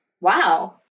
Wow